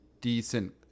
decent